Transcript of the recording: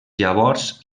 llavors